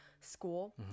school